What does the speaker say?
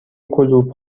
کلوپ